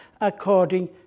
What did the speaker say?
according